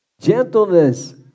gentleness